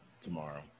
tomorrow